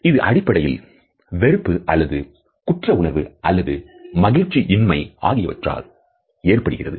இது அடிப்படையில் வெறுப்பு அல்லது குற்றஉணர்வு அல்லது மகிழ்ச்சி இன்மை ஆகியவற்றால் ஏற்படுகிறது